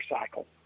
cycle